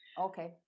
Okay